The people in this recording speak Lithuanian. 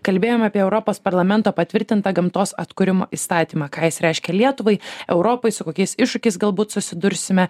kalbėjom apie europos parlamento patvirtintą gamtos atkūrimo įstatymą ką jis reiškia lietuvai europai su kokiais iššūkiais galbūt susidursime